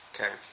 Okay